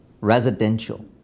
residential